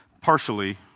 Partially